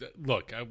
look